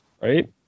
right